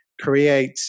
create